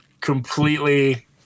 completely